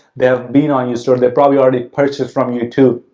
they have been on your store, they probably already purchased from you too.